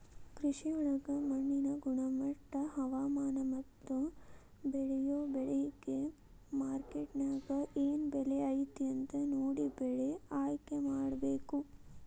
ಕೃಷಿಯೊಳಗ ಮಣ್ಣಿನ ಗುಣಮಟ್ಟ, ಹವಾಮಾನ, ಮತ್ತ ಬೇಳಿಯೊ ಬೆಳಿಗೆ ಮಾರ್ಕೆಟ್ನ್ಯಾಗ ಏನ್ ಬೆಲೆ ಐತಿ ಅಂತ ನೋಡಿ ಬೆಳೆ ಆಯ್ಕೆಮಾಡಬೇಕು